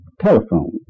telephone